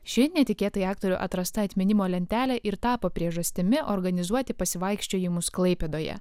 ši netikėtai aktorių atrasta atminimo lentelė ir tapo priežastimi organizuoti pasivaikščiojimus klaipėdoje